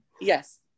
Yes